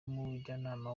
n’umujyanama